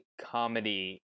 comedy